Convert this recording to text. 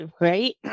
Right